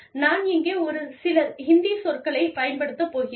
நான் இங்கே ஒரு சில இந்தி சொற்களைப் பயன்படுத்தப் போகிறேன்